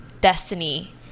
destiny